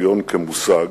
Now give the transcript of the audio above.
ציון כמושג,